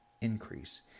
increase